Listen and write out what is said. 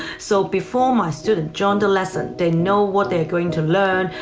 so before my student join the lesson, they know what they're going to learn,